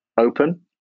open